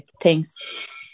Thanks